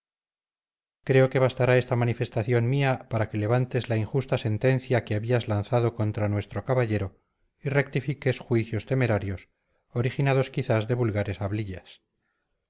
creo que bastará esta manifestación mía para que levantes la injusta sentencia que habías lanzado contra nuestro caballero y rectifiques juicios temerarios originados quizás de vulgares hablillas